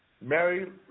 Mary